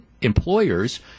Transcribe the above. employers